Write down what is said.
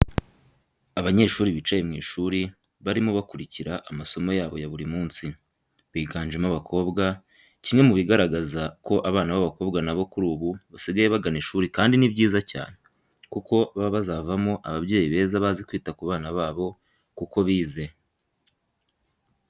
Abanyeshuri bicaye mu ishuri barimo bakurikira amasomo yabo ya buri munsi. Biganjemo abakobwa kimwe mu bigaragaza ko abana b'abakobwa nabo kuri ubu basigaye bagana ishuri kandi ni byiza cyane, kuko baba bazavamo ababyeyi beza bazi kwita ku bana babo kuko bize.